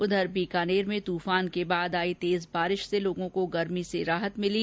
उधर बीकानेर में तूफान के बाद आई तेज बारिश से लोगों को गर्मी से राहत मिली